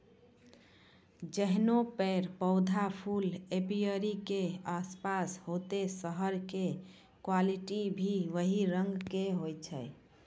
जैहनो पेड़, पौधा, फूल एपीयरी के आसपास होतै शहद के क्वालिटी भी वही रंग होय छै